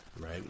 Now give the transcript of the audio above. Right